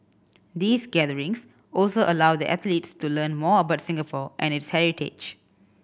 these gatherings also allow the athletes to learn more about Singapore and its heritage